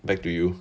back to you